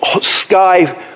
sky